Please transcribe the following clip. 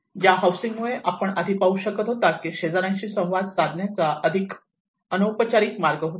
ज्या हाउसिंग मुळे आपण आधी पाहू शकता कि शेजार्यांशी संवाद साधण्याचा अधिक अनौपचारिक मार्ग होता